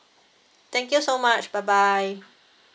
thank you so much bye bye